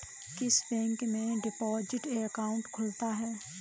किस बैंक में deposit account खुलता है?